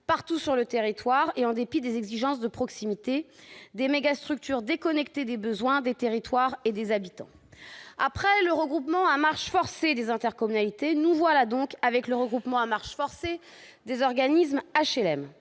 partout sur le territoire, et ce en dépit des exigences de proximité. Ces mégastructures seront déconnectées des besoins des territoires et des habitants. Après le regroupement à marche forcée des intercommunalités, voici donc le regroupement à marche forcée des organismes d'HLM.